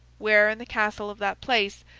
where, in the castle of that place,